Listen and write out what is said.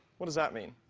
what does that mean?